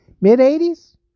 Mid-80s